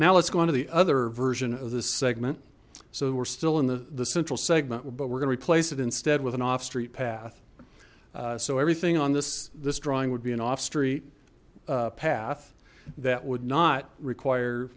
now let's go into the other version of this segment so we're still in the the central segment but we're gonna replace it instead with an off street path so everything on this this drawing would be an off street path that would not require